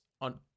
on